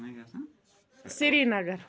Srinagar